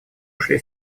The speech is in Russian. ушли